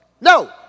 No